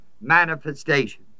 manifestation